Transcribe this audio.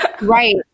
Right